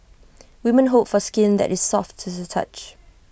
women hope for skin that is soft to the touch